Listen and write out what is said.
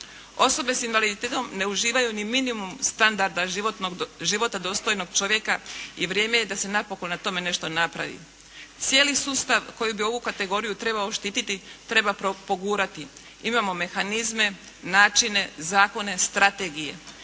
Osobe s invaliditetom ne uživaju ni minimum standarda životnog, života dostojnog čovjeka i vrijeme je da se napokon na tome nešto napravi. Cijeli sustav koji bi ovu kategoriju trebao štititi treba pogurati. Imamo mehanizme, načine, zakone, strategije.